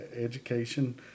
education